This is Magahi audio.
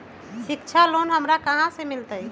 शिक्षा लोन हमरा कहाँ से मिलतै?